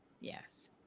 Yes